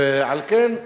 ועל כן,